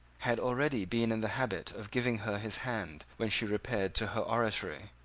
had already been in the habit of giving her his hand when she repaired to her oratory,